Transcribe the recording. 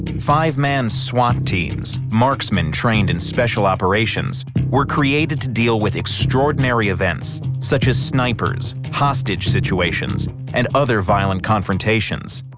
but five man swat teams marksmen trained in special operations were created to deal with extraordinary events, such as snipers, hostage situations and other violent confrontations.